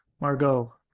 Margot